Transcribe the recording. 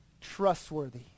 trustworthy